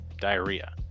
Diarrhea